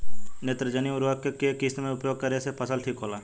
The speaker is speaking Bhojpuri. नेत्रजनीय उर्वरक के केय किस्त मे उपयोग करे से फसल ठीक होला?